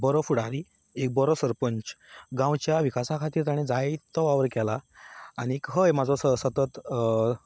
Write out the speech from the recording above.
बरो फुडारी एक बरो सरपंच गांवच्या विकासा खातीर ताणें जायतो वावर केलां आनीक हय म्हाजो असो सतत